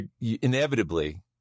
inevitably –